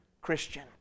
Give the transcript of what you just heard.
Christian